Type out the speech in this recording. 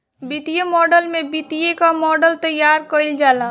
वित्तीय मॉडल में वित्त कअ मॉडल तइयार कईल जाला